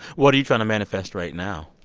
what are you trying to manifest right now?